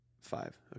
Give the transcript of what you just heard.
Five